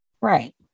right